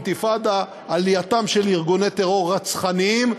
אינתיפאדה, עלייתם של ארגוני טרור רצחניים,